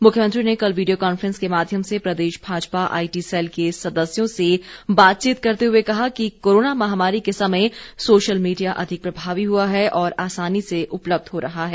मुख्यमंत्री ने कल वीडियो कॉन्फ्रेंस के माध्यम से प्रदेश भाजपा आईटी सैल के सदस्यों से बातचीत करते हुए कहा कि कोरोना महामारी के समय सोशल मीडिया अधिक प्रभावी हुआ है और आसानी से उपलब्ध हो रहा है